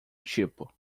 tipo